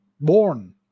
Born